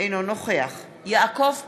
אינו נוכח יעקב פרי,